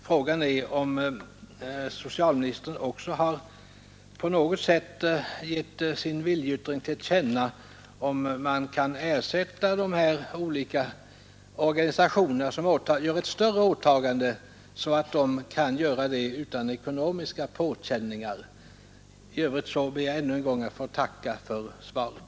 Frågan är om socialministern också på något sätt har gett sin vilja till känna när det gäller om man kan ersätta de här olika organisationerna, som gör ett större åtagande, så att de kan fortsätta verksamheten utan ekonomiska påkänningar. I övrigt ber jag ännu en gång att få tacka för svaret.